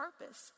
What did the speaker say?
purpose